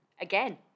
Again